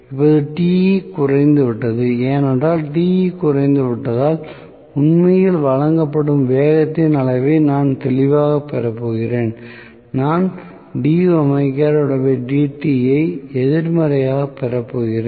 இப்போது Te குறைந்துவிட்டது ஏனென்றால் Te குறைந்துவிட்டதால் உண்மையில் வழங்கப்படும் வேகத்தின் அளவை நான் தெளிவாகப் பெறப்போகிறேன் நான் ஐ எதிர்மறையாக பெறப்போகிறேன்